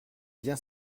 bien